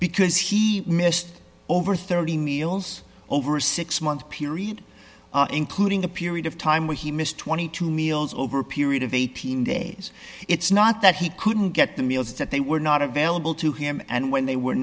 because he missed over thirty meals over a six month period including a period of time where he missed twenty two dollars meals over a period of eighteen days it's not that he couldn't get the meals that they were not available to him and when they w